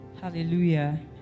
Hallelujah